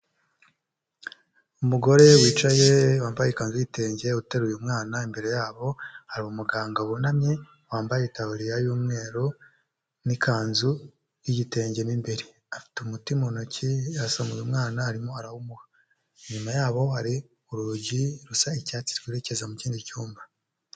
Umugore wicaye wambaye ikanzu y'igitenge uteruye umwana, imbere yabo hari umuganga wunamye wambaye itabuririya y'umweru n'ikanzu y'igitenge mo imbere . Afiteti mu ntoki yasanga uyu mwana arimo ,inyuma ya hari urugi rusa icyatsi rwerekeza mu kindi cyumba.